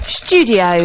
studio